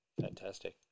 Fantastic